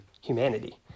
humanity